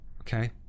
okay